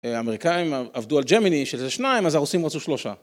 האמריקאים עבדו על ג'מיני שזה שניים, אז הרוסים רצו שלושה.